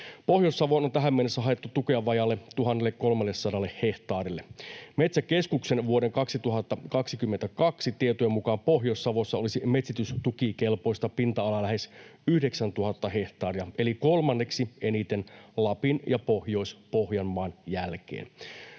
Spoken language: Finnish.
tähän mennessä haettu tukea vajaalle 1 300 hehtaarille. Metsäkeskuksen vuoden 2022 tietojen mukaan Pohjois-Savossa olisi metsitystukikelpoista pinta-alaa lähes 9 000 hehtaaria eli kolmanneksi eniten Lapin ja Pohjois-Pohjanmaan jälkeen.